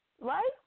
Right